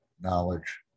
knowledge